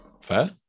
Fair